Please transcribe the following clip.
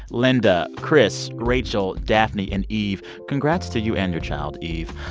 linda, chris, rachel, daphne and eve. congrats to you and your child, eve.